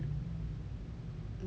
mm